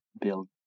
build